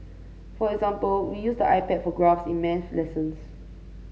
for example we use the iPad for graphs in maths lessons